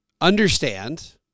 understand